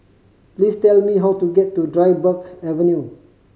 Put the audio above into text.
please tell me how to get to Dryburgh Avenue